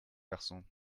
garçon